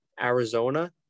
arizona